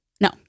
No